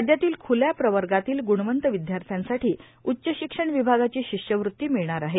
राज्यातील ख्ल्या प्रवर्गातील गुणवंत विद्यार्थ्यांसाठी उच्च शिक्षण विभागाची शिष्यवृत्ती मिळणार आहे